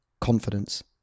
confidence